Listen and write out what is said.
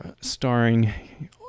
starring